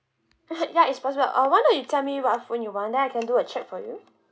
ya it's possible or why not you tell me what phone you want then I can do a check for you